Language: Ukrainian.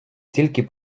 тільки